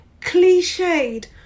cliched